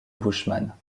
bushman